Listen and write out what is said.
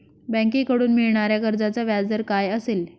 बँकेकडून मिळणाऱ्या कर्जाचा व्याजदर काय असेल?